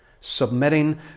Submitting